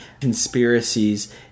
conspiracies